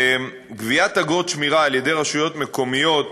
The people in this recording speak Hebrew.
גביית אגרות שמירה על ידי רשויות מקומיות,